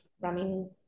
running